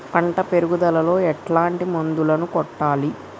పంట పెరుగుదలలో ఎట్లాంటి మందులను కొట్టాలి?